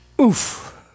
Oof